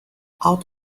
out